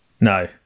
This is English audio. No